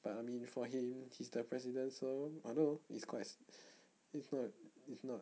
but I mean for him he's the president so although it's quite it's not it's not